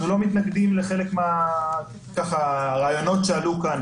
אנחנו לא מתנגדים לחלק מהרעיונות שעלו כאן,